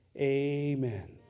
Amen